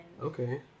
Okay